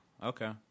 okay